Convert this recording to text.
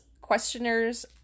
Questioners